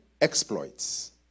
Exploits